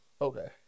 Okay